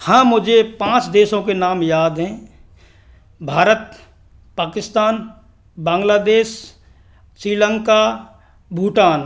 हाँ मुझे पाँच देशों के नाम याद हैं भारत पाकिस्तान बांग्लादेश श्रीलंका भूटान